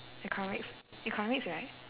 economics economics right